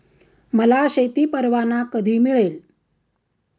मला शेती परवाना कधी मिळेल?